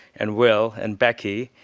and will, and becky,